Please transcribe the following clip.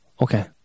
Okay